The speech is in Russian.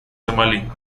сомали